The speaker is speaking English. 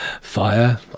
fire